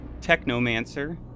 Technomancer